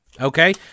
Okay